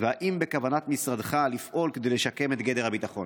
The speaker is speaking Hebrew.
2. האם בכוונת משרדך לפעול כדי לשקם את גדר הביטחון?